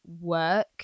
work